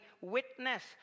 witness